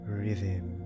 rhythm